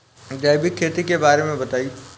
जैविक खेती के बारे में बताइ